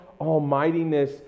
almightiness